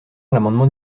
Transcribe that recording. l’amendement